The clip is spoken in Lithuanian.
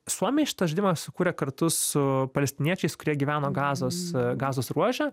suomiai šitą žaidimą sukūrė kartu su palestiniečiais kurie gyveno gazos gazos ruože